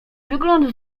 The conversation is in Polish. wygląd